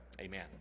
Amen